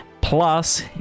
plus